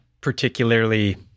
particularly